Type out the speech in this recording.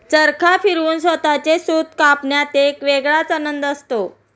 चरखा फिरवून स्वतःचे सूत कापण्यात एक वेगळाच आनंद असतो